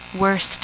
Worst